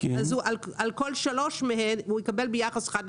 על כל שלוש מהן הוא יקבל ביחס 1 ל-3,